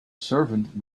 servant